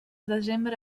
desembre